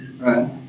Right